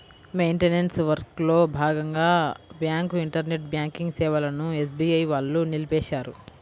maintenance వర్క్లో భాగంగా bank internet banking సేవలను ఎస్బీఐ వాళ్ళు నిలిపేశారు